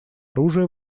оружия